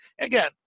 Again